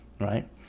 right